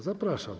Zapraszam.